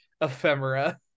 ephemera